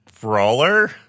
brawler